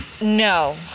No